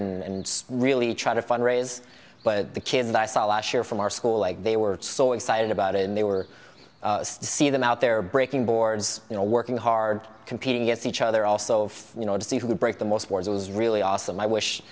and really try to fundraise but the kids i saw last year from our school like they were so excited about it and they were to see them out there breaking boards you know working hard competing against each other also you know to see who would break the most boards was really awesome i wish